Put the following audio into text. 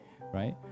right